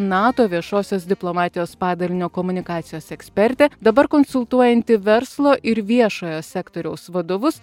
nato viešosios diplomatijos padalinio komunikacijos ekspertė dabar konsultuojanti verslo ir viešojo sektoriaus vadovus